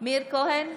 מאיר כהן,